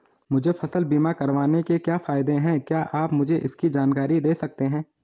मुझे फसल बीमा करवाने के क्या फायदे हैं क्या आप मुझे इसकी जानकारी दें सकते हैं?